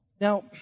Now